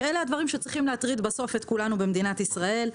שאלה הדברים שצריכים להטריד בסוף את כולנו במדינת ישראל.